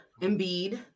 Embiid